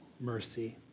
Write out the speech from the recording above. mercy